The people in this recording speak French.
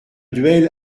duel